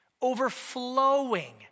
overflowing